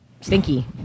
stinky